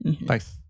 Nice